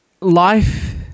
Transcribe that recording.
Life